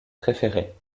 préférée